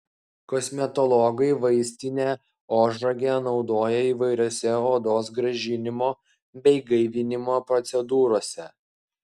kosmetologai vaistinę ožragę naudoja įvairiose odos gražinimo bei gaivinimo procedūrose